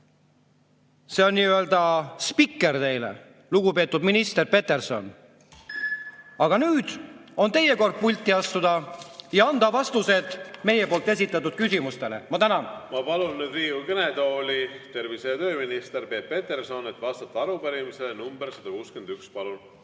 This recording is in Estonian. See on nii-öelda spikker teile, lugupeetud minister Peterson. Aga nüüd on teie kord pulti astuda ja anda vastused meie poolt esitatud küsimustele. Ma tänan! Ma palun nüüd Riigikogu kõnetooli, tervise‑ ja tööminister Peep Peterson, et vastata arupärimisele nr 161. Palun!